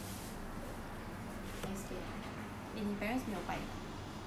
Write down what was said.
are you scared eh 你 parents 没有拜的啊 your family 没有拜的啊